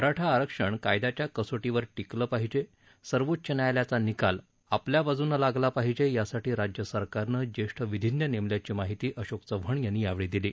मराठा आरक्षण कायद्याच्या कसोटीवर टिकलं पाहिजे सर्वोच्च न्यायालयाचा निकाल आपल्या बाजूनं लागला पाहिजे यासाठी राज्यसरकारनं ज्येष्ठ विधिज्ञ नेमल्याची माहिती अशोक चव्हाण यांनी यावेळी दिली